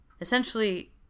essentially